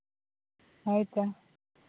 ᱦᱳᱭ ᱛᱚ